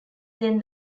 then